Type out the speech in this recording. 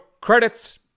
credits